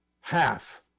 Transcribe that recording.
Half